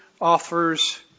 offers